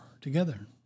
together